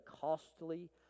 costly